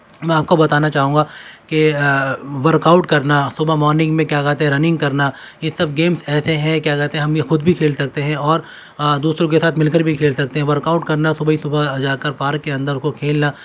میں آپ کو بتانا چاہوں گا کہ ورک آؤٹ کرنا صبح مارننگ میں کیا کہتے ہیں رننگ کرنا یہ سب گیمس ایسے ہیں کیا کہتے ہم نے خود بھی کھیل سکتے ہیں اور دوسروں کے ساتھ مل کر بھی کھیل سکتے ہیں ورک آؤٹ کرنا صبح ہی صبح جا کر پارک کے اندر اس کو کھیلنا